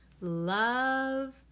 love